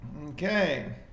Okay